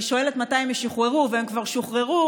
שואלת מתי הם ישוחררו והם כבר שוחררו,